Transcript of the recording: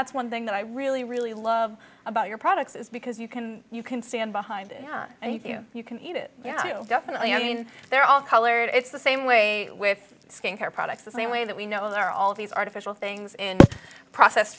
that's one thing that i really really love about your products is because you can you can stand behind them and you you can eat it yeah you definitely i mean they're all colored it's the same way with skincare products the same way that we know there are all these artificial things in processed